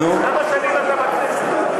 כמה שנים אתה בכנסת?